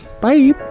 bye